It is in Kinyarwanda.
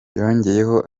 yongeyeho